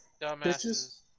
dumbasses